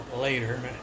later